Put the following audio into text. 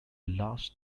last